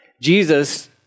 Jesus